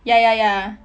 ya ya ya